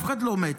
אף אחד לא מת.